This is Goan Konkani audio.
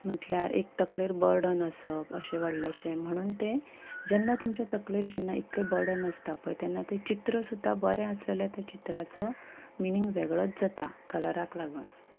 म्हटल्यार एक तकलेर बर्डन आसप अशें व्हडलेशें म्हणून तें जेन्ना तुमच्या तकलेर जेन्ना इतलें बर्डन आसता पय तेन्ना तें चित्र सुद्दां बऱ्या आशिल्ल्या चित्राचो मिनींग वेगळोच जाता कलराक लागून